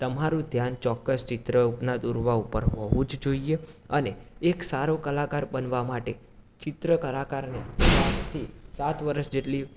તમારું ધ્યાન ચોક્કસ ચિત્ર ઉપના દોરવા ઉપર હોવું જ જોઈએ અને એક સારો કલાકાર બનવા માટે ચિત્ર કલાકારને પાંચથી સાત વર્ષ જેટલી